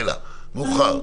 מאוחר,